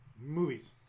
movies